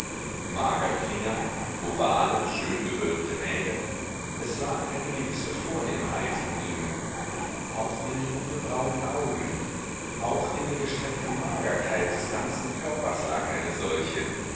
magere finger ovale schön gewölbte nägel es lag eine gewisse vornehmheit in ihnen auch in den dunkelbraunen augen auch in der gestreckten magerkeit des ganzen körpers lag eine solche